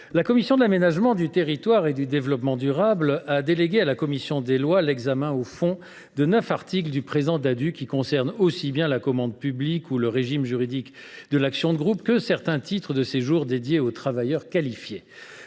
la commission de l’aménagement du territoire et du développement durable a délégué à la commission des lois l’examen au fond de neuf articles du présent projet de loi Ddadue. Ceux ci concernent aussi bien la commande publique et le régime juridique de l’action de groupe que certains titres de séjour destinés aux travailleurs qualifiés.